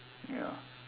ya